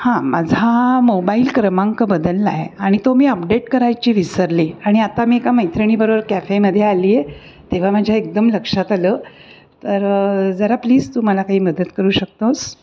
हां माझा मोबाईल क्रमांक बदलला आहे आणि तो मी अपडेट करायची विसरले आणि आता मी एका मैत्रिणीबरोबर कॅफेमध्ये आली आहे तेव्हा माझ्या एकदम लक्षात आलं तर जरा प्लीज तू मला काही मदत करू शकतोस